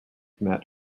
met